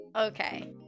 okay